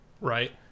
Right